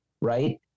right